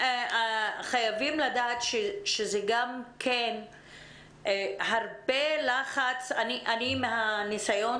חייבים לדעת שזה גם כן הרבה לחץ מהניסיון